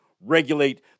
regulate